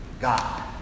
God